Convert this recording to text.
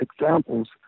examples